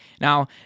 Now